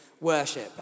worship